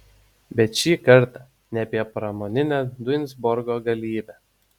bet šį kartą ne apie pramoninę duisburgo galybę